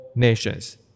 nations